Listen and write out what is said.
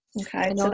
Okay